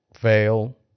fail